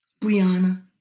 Brianna